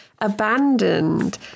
abandoned